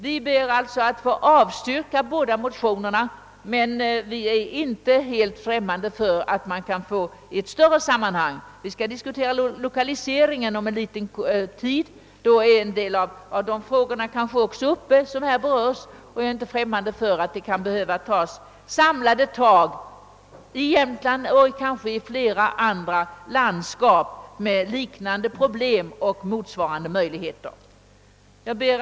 Vi avstyrker alltså motionerna men är inte helt främmande för att man i ett större sammanhang — vi skall inom kort diskutera lokaliseringspolitiken — kan behöva ta ett samlat tag i Jämtland och kanske flera andra landskap med liknande problem och motsvarande möjligheter. Herr talman!